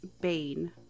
Bane